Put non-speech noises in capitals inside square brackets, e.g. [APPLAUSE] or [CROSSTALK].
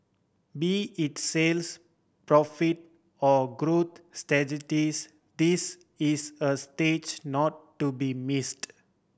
be it sales profit or growth [UNINTELLIGIBLE] this is a stage not to be missed